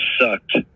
sucked